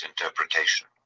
interpretation